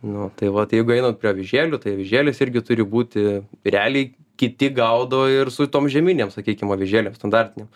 nu va tai vat jeigu einat prie avižėlių tai avižėlės irgi turi būti realiai kiti gaudo ir su tom žieminėm sakykim avižėlėm standartinėm